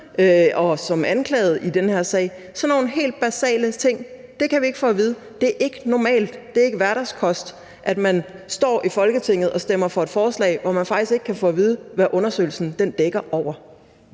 og som anklagede i den her sag – sådan nogle helt basale ting. Det kan vi ikke få at vide. Det er ikke normalt, det er ikke hverdagskost, at man står i Folketinget og stemmer for et forslag, hvor man faktisk ikke kan få at vide, hvad undersøgelsen dækker over.